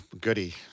goody